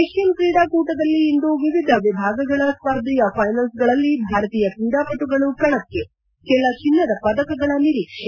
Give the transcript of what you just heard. Asian ಕ್ರೀಡಾಕೂಟದಲ್ಲಿ ಇಂದು ವಿವಿಧ ವಿಭಾಗಗಳ ಸ್ಪರ್ಧೆಯ ಫೈನಲ್ಗಗಳಲ್ಲಿ ಭಾರತೀಯ ಕ್ರೀಡಾಪಟುಗಳು ಕಣಕ್ಕೆ ಕೆಲ ಚಿನ್ನದ ಪದಕಗಳ ನಿರೀಕ್ಷೆ